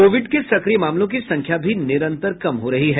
Covid के सक्रिय मामलों की संख्या भी निरंतर कम हो रही है